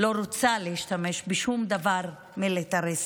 לא רוצה להשתמש בשום דבר מיליטריסטי,